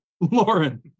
Lauren